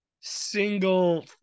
single